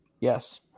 Yes